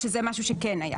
שזה משהו שכן היה.